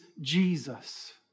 Jesus